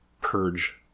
purge